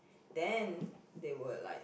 then they would like